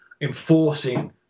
enforcing